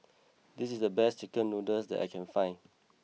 this is the best Chicken Noodles that I can find